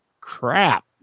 crap